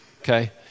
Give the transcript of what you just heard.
Okay